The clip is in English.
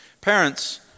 Parents